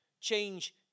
Change